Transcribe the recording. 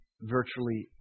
virtually